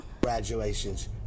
Congratulations